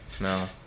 No